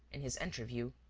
in his interview.